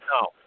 No